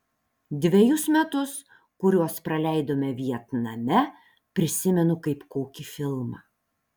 dvejus metus kuriuos praleidome vietname prisimenu kaip kokį filmą